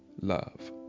love